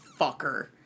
fucker